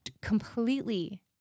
completely